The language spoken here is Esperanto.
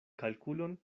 kalkulon